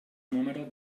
número